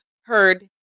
heard